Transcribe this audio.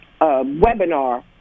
webinar